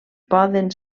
poden